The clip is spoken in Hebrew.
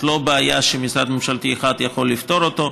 זאת לא בעיה שמשרד ממשלתי אחד יכול לפתור אותה,